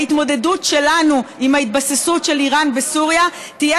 ההתמודדות שלנו עם ההתבססות של איראן בסוריה תהיה